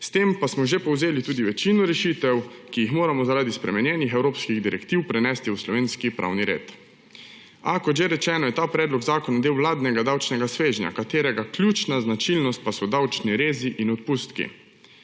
s tem pa smo že povzeli tudi večino rešitev, ki jih moramo zaradi spremenjenih evropskih direktiv prenesti v slovenski pravni red. A kot že rečeno, je ta predlog zakona del vladnega davčnega svežnja, katerega ključna značilnost pa so davčni rezi in odpustki.